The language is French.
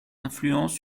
influence